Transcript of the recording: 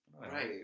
Right